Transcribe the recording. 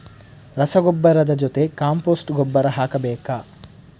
ರಸಗೊಬ್ಬರದ ಜೊತೆ ಕಾಂಪೋಸ್ಟ್ ಗೊಬ್ಬರ ಹಾಕಬೇಕಾ?